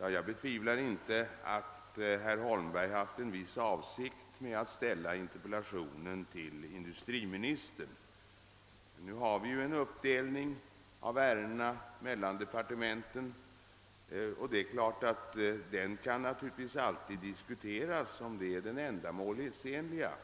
Jag betvivlar inte att herr Holmberg haft en viss avsikt med att ställa interpellationen till industriministern. Vi tillämpar en bestämd uppdelning av ärendena mellan departementen, och det kan självfallet diskuteras om den är den ändamålsenligaste.